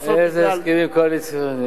איזה הסכמים קואליציוניים,